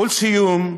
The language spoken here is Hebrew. ולסיום,